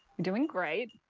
doing great.